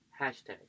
hashtag